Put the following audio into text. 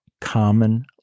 common